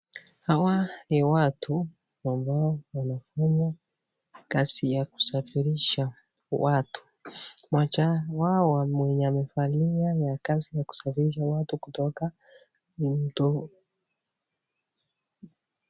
Hawa ni watu ambao wanafanya kazi ya kusafirisha watu, mmoja wao mwenye amevalia ya kazi ya kusafirisha watu kutoka mtoni.